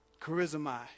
Charisma